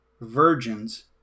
virgins